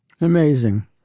Amazing